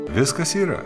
viskas yra